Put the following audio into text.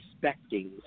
respecting